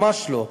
ממש לא.